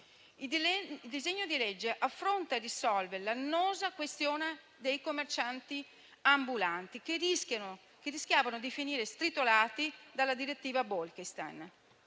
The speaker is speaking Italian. Il disegno di legge affronta e risolve l'annosa questione dei commercianti ambulanti che rischiavano di finire stritolati dalla direttiva Bolkestein.